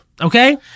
Okay